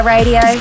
Radio